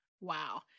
Wow